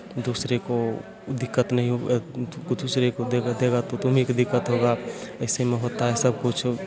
दूसरे को दिक्कत नहीं दूसरे को देगा देगा तो तुम्हीं को दिक्कत होगा इसी में होता है सब कुछ